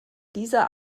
dieser